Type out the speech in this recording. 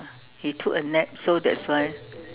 he took a nap so that's why